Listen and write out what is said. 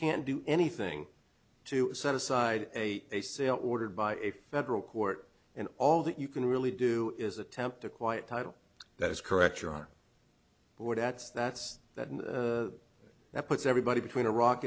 can't do anything to set aside a say ordered by a federal court and all that you can really do is attempt to quiet title that is correct you're on board at that's that and that puts everybody between a rock